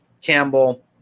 Campbell